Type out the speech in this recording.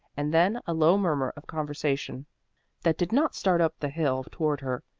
and then a low murmur of conversation that did not start up the hill toward her,